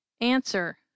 Answer